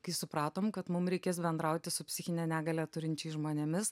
kai supratom kad mum reikės bendrauti su psichinę negalią turinčiais žmonėmis